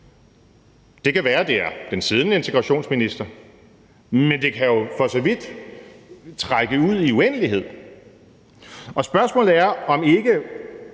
Det kan være, at det er den siddende udlændinge- og integrationsminister, men det kan jo for så vidt trække ud i en uendelighed. Spørgsmålet er, om ikke